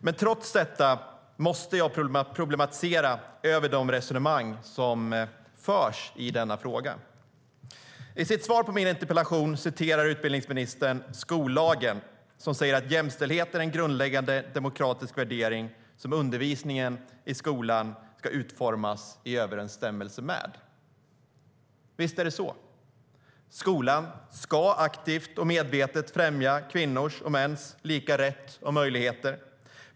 Men trots detta måste jag problematisera de resonemang som förs i denna fråga. Visst är det så. Skolan ska aktivt och medvetet främja kvinnors och mäns lika rätt och möjligheter.